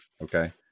okay